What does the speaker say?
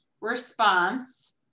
response